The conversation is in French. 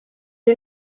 est